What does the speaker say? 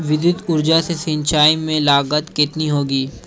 विद्युत ऊर्जा से सिंचाई में लागत कितनी होती है?